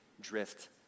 drift